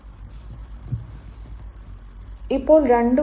Roorkee lies between Meerut and Haridwar